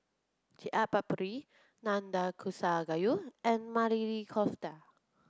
Chaat Papri Nanakusa Gayu and Maili Kofta